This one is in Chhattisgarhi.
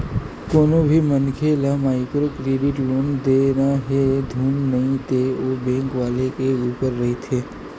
कोनो भी मनखे ल माइक्रो क्रेडिट लोन देना हे धुन नइ ते ओ बेंक वाले ऊपर रहिथे